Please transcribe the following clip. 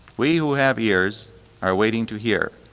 we who have ears are waiting to hear.